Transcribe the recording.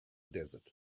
desert